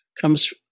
comes